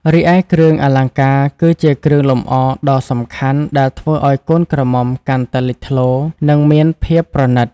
រីឯគ្រឿងអលង្ការគឺជាគ្រឿងលម្អដ៏សំខាន់ដែលធ្វើឱ្យកូនក្រមុំកាន់តែលេចធ្លោ និងមានភាពប្រណិត ។